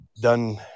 done